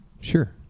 Sure